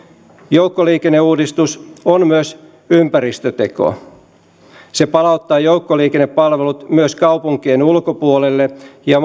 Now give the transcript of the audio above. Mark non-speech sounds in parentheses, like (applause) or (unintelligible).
joukkoliikenneuudistus on myös ympäristöteko se palauttaa joukkoliikennepalvelut myös kaupunkien ulkopuolelle ja (unintelligible)